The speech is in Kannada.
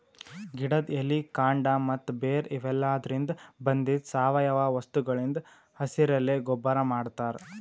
ಗಿಡದ್ ಎಲಿ ಕಾಂಡ ಮತ್ತ್ ಬೇರ್ ಇವೆಲಾದ್ರಿನ್ದ ಬಂದಿದ್ ಸಾವಯವ ವಸ್ತುಗಳಿಂದ್ ಹಸಿರೆಲೆ ಗೊಬ್ಬರ್ ಮಾಡ್ತಾರ್